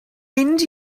mynd